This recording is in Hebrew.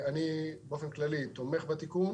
באופן כללי, אני תומך בתיקון